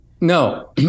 No